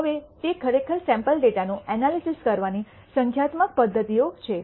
હવે તે ખરેખર સૈમ્પલ ડેટાનું એનાલિસિસ કરવાની સંખ્યાત્મક પદ્ધતિઓ છે